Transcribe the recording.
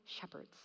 shepherds